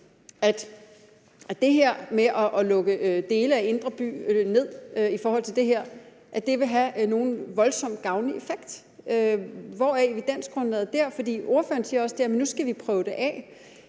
at det her med at lukke dele af indre by ned i forhold til det her vil have nogen voldsomt gavnlig effekt? Hvor er evidensgrundlaget for det? For ordføreren siger jo også, at vi nu skal prøve det af.